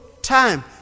time